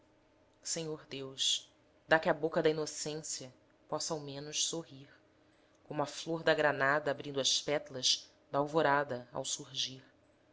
senhor deus dá que a boca da inocência possa ao menos sorrir como a flor da granada abrindo as pet'las da alvorada ao surgir